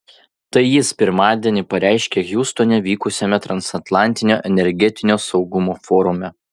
tai jis pirmadienį pareiškė hjustone vykusiame transatlantinio energetinio saugumo forume